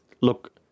Look